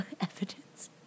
evidence